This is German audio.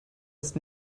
ist